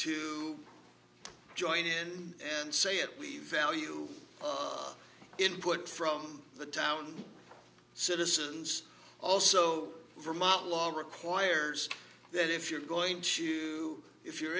to join in and say it we value input from the town citizens also vermont law requires that if you're going to if you're